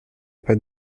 pas